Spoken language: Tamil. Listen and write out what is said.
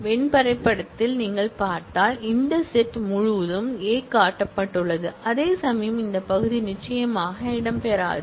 வென் வரைபடத்தில் நீங்கள் பார்த்தால் இந்த செட் முழுதும் A காட்டப்பட்டுள்ளது அதேசமயம் இந்த பகுதி நிச்சயமாக இடம்பெறாது